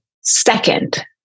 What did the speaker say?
second